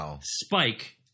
spike